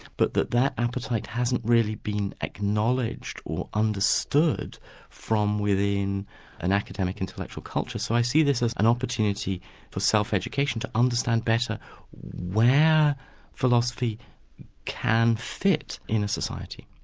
but that that appetite hasn't really been acknowledged or understood from within an academic intellectual culture, so i see this as an opportunity for self-education, to understand better where philosophy can fit in a society.